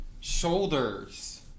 shoulders